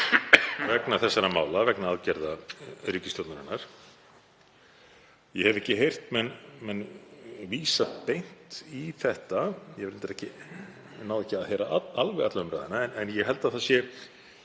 vegna þessara mála, vegna aðgerða ríkisstjórnarinnar. Ég hef ekki heyrt menn vísa beint í það. Ég náði reyndar ekki að heyra alveg alla umræðuna en ég held að það sé